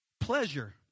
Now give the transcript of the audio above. Pleasure